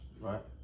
Right